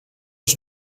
ons